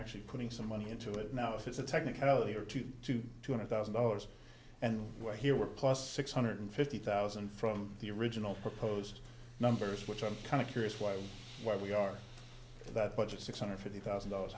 actually putting some money into it now if it's a technicality or two to two hundred thousand dollars and where here we're plus six hundred fifty thousand from the original proposed numbers which i'm kind of curious why why we are that budget six hundred fifty thousand dollars